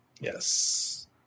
Yes